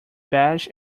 beige